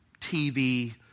TV